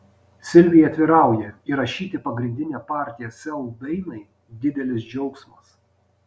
silvija atvirauja įrašyti pagrindinę partiją sel dainai didelis džiaugsmas